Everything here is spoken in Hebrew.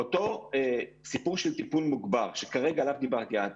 אותו סיפור של טיפול מוגבר שכרגע דיברתי עליו,